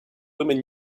woman